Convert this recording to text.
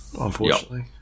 Unfortunately